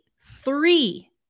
three